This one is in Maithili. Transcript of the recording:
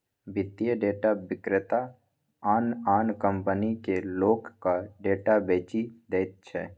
वित्तीय डेटा विक्रेता आन आन कंपनीकेँ लोकक डेटा बेचि दैत छै